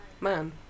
man